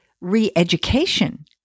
re-education